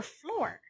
floor